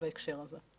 בהקשר הזה.